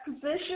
position